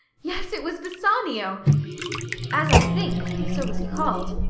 yes, it was bassanio as i think, so was he called.